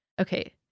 okay